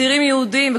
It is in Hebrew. צעירים יהודים,